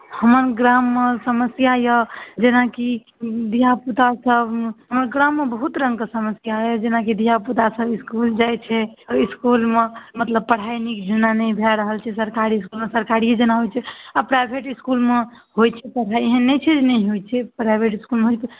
हमर ग्राममे समस्या यए जेनाकि धियापुतासभ हमर ग्राममे बहुत रङ्गके समस्या यए जेनाकि धियापुतासभ इस्कुल जाइ छै इस्कुलमे पढ़ाइ मतलब नीक जेना नहि भए रहल छै सरकारी इस्कुलमे सरकारिए जेना होइ छै आ प्राइभेट इस्कुलमे होइ छै पढ़ाइ एहन नहि छै जे नहि होइ छै प्राइभेट इस्कुलमे